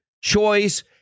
choice